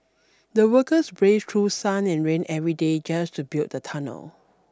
the workers braved through sun and rain every day just to build the tunnel